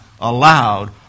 allowed